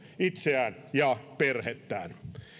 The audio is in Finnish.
itseään ja perhettään